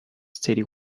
steady